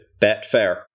Betfair